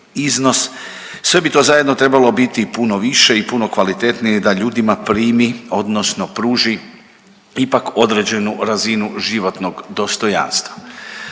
iznos, sve bi to zajedno trebalo biti puno više i puno kvalitetnije i da ljudima primi odnosno pruži ipak određenu razinu životnog dostojanstva.